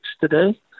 today